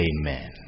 Amen